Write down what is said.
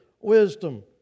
wisdom